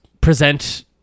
present